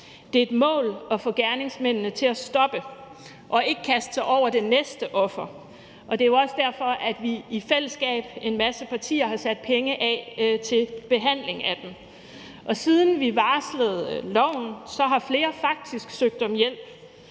Det er et mål at få gerningsmændene til at stoppe og ikke kaste sig over det næste offer. Og det er også derfor, at vi i fællesskab, en masse partier, har sat penge af til behandling af dem. Og siden vi varslede loven, har flere faktisk søgt om hjælp.